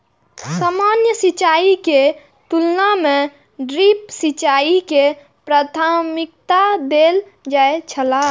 सामान्य सिंचाई के तुलना में ड्रिप सिंचाई के प्राथमिकता देल जाय छला